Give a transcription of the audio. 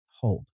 hold